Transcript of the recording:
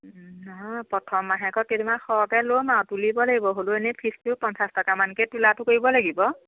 নহয় প্ৰথম মাহেকত কেইদিনমান সৰহকে ল'ম আৰু তুলিব লাগিব হ'লেও এনেই ফিজটো পঞ্চাছ টকা মানকে তোলাটো কৰিব লাগিব